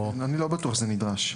אני לא בטוח שזה נדרש.